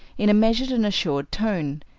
in a measured and assured tone,